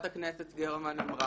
הכנסת יעל גרמן,